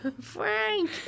Frank